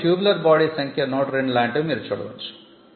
కాబట్టి tubular body సంఖ్య 102 లాంటివి మీరు చూడవచ్చు